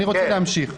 אני רוצה להמשיך.